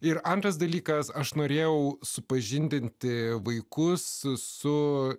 ir antras dalykas aš norėjau supažindinti vaikus su